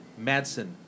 Madsen